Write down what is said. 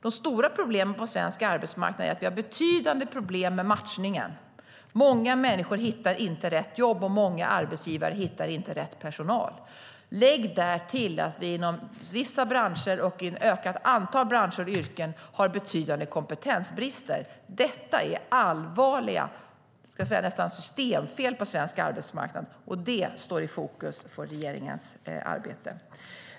De stora problemen på svensk arbetsmarknad är att vi har betydande problem med matchningen. Många människor hittar inte rätt jobb, och många arbetsgivare hittar inte rätt personal. Lägg därtill att vi i ett ökat antal branscher och yrken har betydande kompetensbrister. Detta är allvarligt och närmast ett systemfel på svensk arbetsmarknad. Det står i fokus för regeringens arbete.